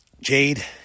Jade